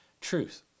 truth